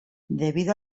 debido